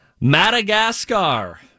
Madagascar